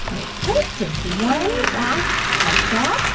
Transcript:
ok. just one last touchup,